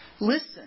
listen